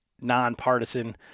non-partisan